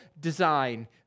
design